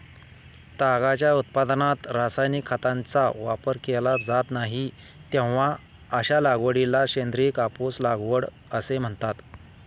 तागाच्या उत्पादनात रासायनिक खतांचा वापर केला जात नाही, तेव्हा अशा लागवडीला सेंद्रिय कापूस लागवड असे म्हणतात